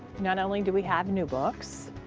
not only do we have new books,